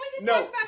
No